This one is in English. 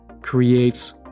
creates